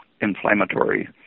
inflammatory